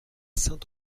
saint